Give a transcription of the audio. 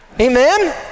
amen